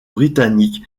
britannique